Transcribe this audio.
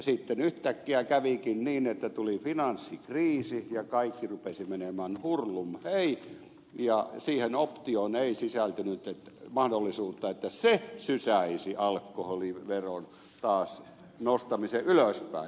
sitten yhtäkkiä kävikin niin että tuli finanssikriisi ja kaikki rupesi menemään hurlumhei ja siihen optioon ei sisältynyt mahdollisuutta että se sysäisi alkoholiveron nostamisen taas ylöspäin